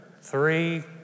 three